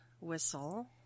Whistle